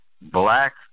black